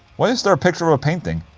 why is there a picture of a painting?